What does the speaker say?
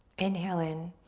inhale in.